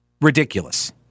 ridiculous